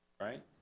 right